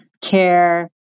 care